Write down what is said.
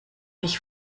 ich